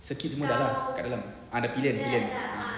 circuit semua dah lah kat dalam ah the pillion pillion